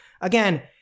again